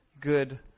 good